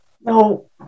No